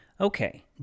Okay